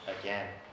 again